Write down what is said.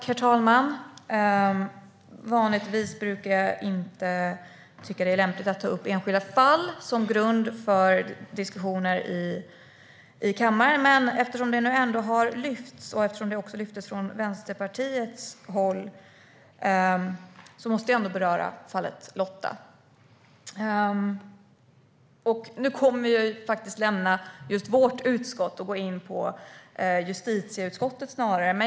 Herr talman! Vanligtvis tycker jag inte att det är lämpligt att ta upp enskilda fall som grund för diskussioner i kammaren, men eftersom det nu ändå lyfts upp från Vänsterpartiets håll måste jag ändå beröra fallet Lotta. Nu kommer vi att lämna vårt utskott och snarare gå in på justitieutskottets område.